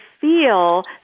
feel